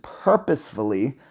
purposefully